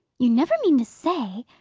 you never mean to say,